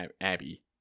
abby